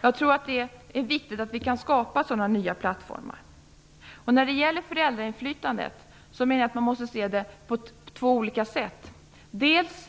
Jag tror det är viktigt att vi kan skapa sådana nya plattformar. När det gäller föräldrainflytandet menar jag att man måste se det på två olika sätt.